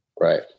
Right